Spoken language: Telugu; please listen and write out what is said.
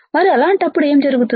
మరి అలాంటప్పుడు ఏం జరుగుతుంది